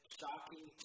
shocking